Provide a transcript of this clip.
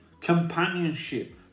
companionship